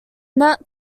that